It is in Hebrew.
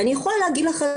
אני יכולה להגיד לך על